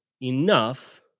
enough